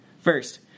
First